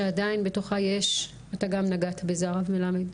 שעדיין בתוכה יש, אתה גם נגעת בזה, הרב מלמד,